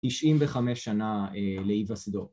‫95 שנה להיווסדו.